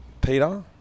Peter